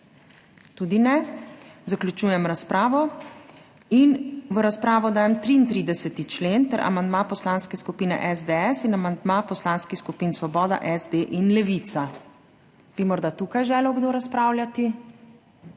Potem zaključujem razpravo. In v razpravo dajem 33. člen ter amandma Poslanske skupine SDS in amandma poslanskih skupin Svoboda, SD in Levica. Bi tukaj morda želel kdo razpravljati?